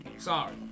Sorry